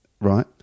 right